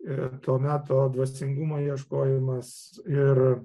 ir to meto dvasingumo ieškojimas ir